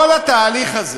כל התהליך הזה,